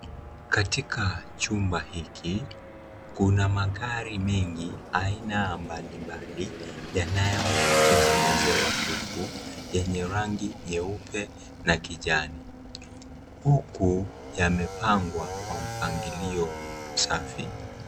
Katika chumba hiki kuna magari mengi aina mbalimbali yanayotengenezewa huku yenye rangi nyeupe na kijani, huku yamepangwa kwa mpangilio safi.